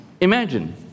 Imagine